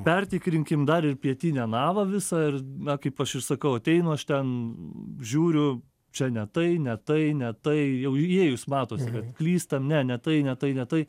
pertikrinkim dar ir pietinę navą visą ir na kaip aš ir sakau ateinu aš ten žiūriu čia ne tai ne tai ne tai jau įėjus mato kad klysta ne ne tai ne tai ne tai